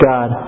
God